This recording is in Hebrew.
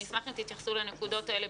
אני אשמח אם תתייחסו לנקודות האלה.